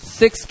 six